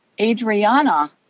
Adriana